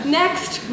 next